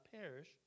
perish